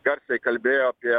garsiai kalbėjo apie